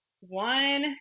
One